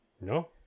No